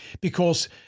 because-